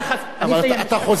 אבל אתה חוזר על דבריך.